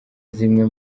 zimwe